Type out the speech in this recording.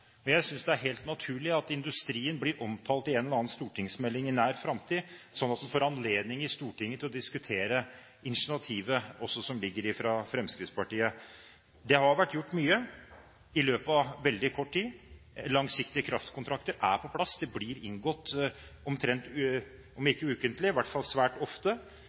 og jeg synes det er helt naturlig at industrien blir omtalt i en eller annen stortingsmelding i nær framtid, slik at en får anledning i Stortinget til også å diskutere initiativet som ligger der fra Fremskrittspartiet. Det har vært gjort mye i løpet av veldig kort tid. Langsiktige kraftkontrakter er på plass, det blir inngått om ikke ukentlig, så i hvert fall svært ofte,